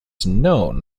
known